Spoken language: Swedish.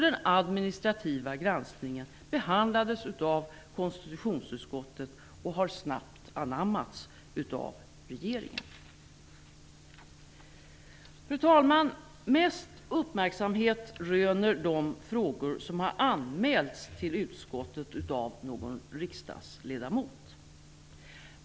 Den administrativa granskningen behandlades av konstitutionsutskottet och har snabbt anammats av regeringen. Fru talman! Mest uppmärksamhet röner de frågor som har anmälts till utskottet av en riksdagsledamot.